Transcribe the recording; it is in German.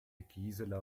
gisela